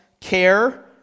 care